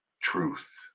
truth